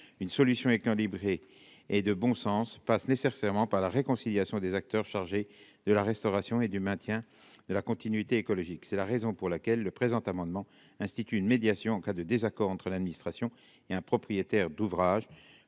une solution équilibrée et de bon sens pas, ce n'est certainement pas la réconciliation des acteurs chargés de la restauration et du maintien de la continuité écologique, c'est la raison pour laquelle le présent amendement institut une médiation en cas de désaccord entre l'administration et un propriétaire d'ouvrages,